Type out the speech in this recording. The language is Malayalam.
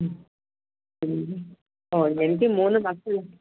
എനിക്ക് ഓ എനിക്ക് മൂന്ന് മക്കളുണ്ട്